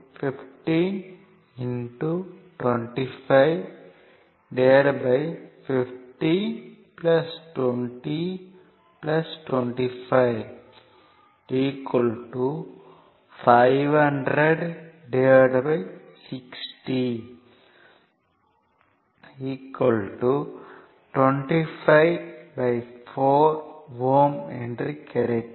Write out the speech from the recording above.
R2 Ra RcRa Rb Rc 15 2515 20 25 50060 25 4 Ω என்று கிடைக்கும்